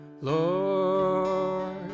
Lord